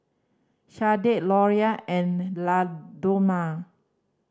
Shardae Laura and Ladonna